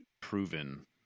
Proven